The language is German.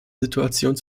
situationen